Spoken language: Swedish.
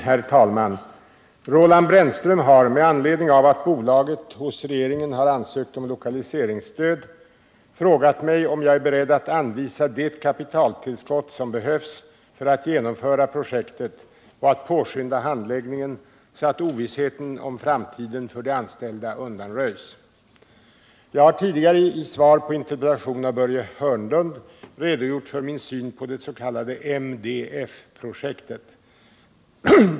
Herr talman! Roland Brännström har med anledning av att Scharins Söner AB i Skellefteå hos regeringen har ansökt om lokaliseringsstöd frågat mig om jag är beredd att anvisa det kapitaltillskott som behövs för att genomföra projektet och att påskynda handläggningen så att ovissheten om framtiden för de anställda undanröjs. Jag har tidigare i svar på en interpellation av Börje Hörnlund redogjort för min syn på det s.k. MDF-projektet.